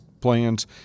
plans